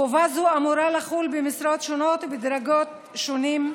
התשל"ה 1975. חובה זו אמורה לחול במשרות השונות ובדרגות השונות.